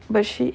but she